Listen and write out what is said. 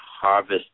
harvest